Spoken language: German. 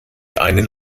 einen